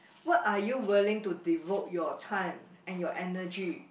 what are you willing to devote you time and your energy